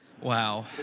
Wow